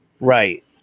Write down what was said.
Right